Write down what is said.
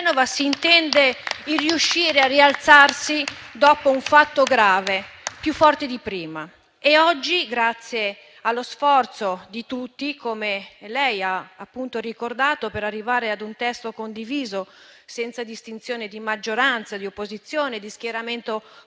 si intende il riuscire a rialzarsi dopo un fatto grave più forti di prima. Oggi, grazie allo sforzo di tutti - come lei ha appunto ricordato - per arrivare ad un testo condiviso, senza distinzione di maggioranza, di opposizione, di schieramento politico